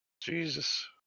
Jesus